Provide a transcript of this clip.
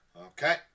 Okay